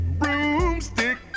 broomstick